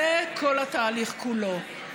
זה כל התהליך כולו.